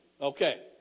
Okay